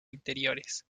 interiores